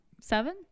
seven